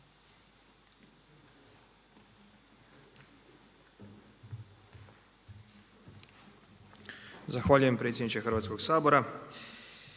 Hvala potpredsjedniče Hrvatskoga sabora.